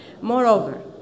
Moreover